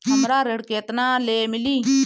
हमरा ऋण केतना ले मिली?